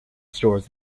stores